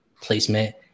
placement